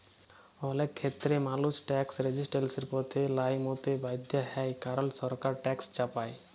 অলেক খ্যেত্রেই মালুস ট্যাকস রেজিসট্যালসের পথে লাইমতে বাধ্য হ্যয় কারল সরকার ট্যাকস চাপায়